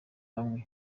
hamwe